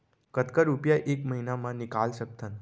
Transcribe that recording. कतका रुपिया एक महीना म निकाल सकथन?